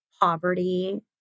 poverty